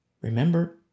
Remember